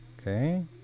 Okay